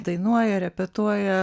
dainuoja repetuoja